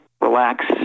relax